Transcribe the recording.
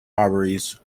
robberies